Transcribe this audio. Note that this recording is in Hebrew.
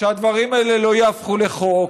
שהדברים האלה לא יהפכו לחוק.